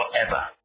forever